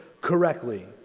correctly